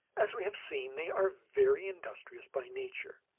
as we have seen, they are very industrious by nature.